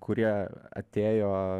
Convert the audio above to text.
kurie atėjo